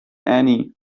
annie